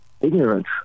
ignorance